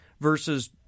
versus